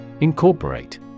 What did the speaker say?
Incorporate